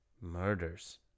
murders